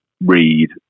read